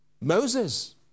Moses